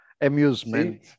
amusement